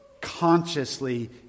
consciously